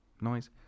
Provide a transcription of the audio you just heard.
noise